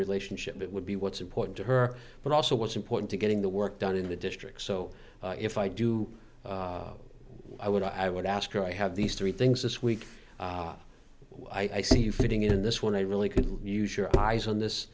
relationship that would be what's important to her but also what's important to getting the work done in the district so if i do i would i would ask her i have these three things this week i see fitting in this one i really could use your eyes on